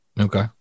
Okay